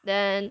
then